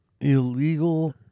illegal